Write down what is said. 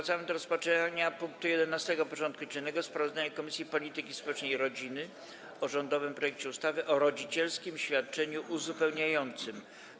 Powracamy do rozpatrzenia punktu 11. porządku dziennego: Sprawozdanie Komisji Polityki Społecznej i Rodziny o rządowym projekcie ustawy o rodzicielskim świadczeniu uzupełniającym.